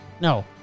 no